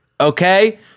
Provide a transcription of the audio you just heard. Okay